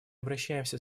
обращаемся